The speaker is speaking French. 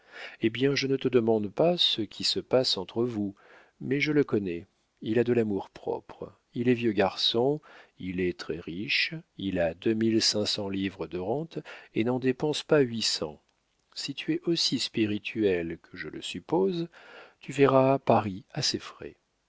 eh bien je ne te demande pas ce qui se passe entre vous mais je le connais il a de l'amour-propre il est vieux garçon il est très-riche il a deux mille cinq cents livres de rente et n'en dépense pas huit cents si tu es aussi spirituelle que je le suppose tu verras paris à ses frais